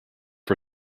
for